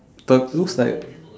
the looks like